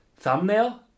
thumbnail